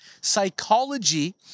psychology